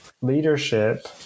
leadership